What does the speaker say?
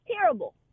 terrible